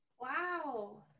Wow